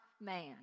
man